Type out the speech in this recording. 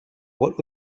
what